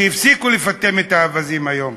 שהפסיקו לפטם את האווזים היום.